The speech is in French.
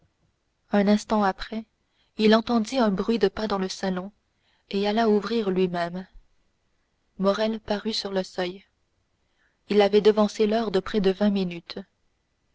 un instant après il entendit un bruit de pas dans le salon et alla ouvrir lui-même morrel parut sur le seuil il avait devancé l'heure de près de vingt minutes